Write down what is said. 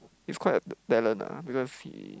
he's quite a talent ah because he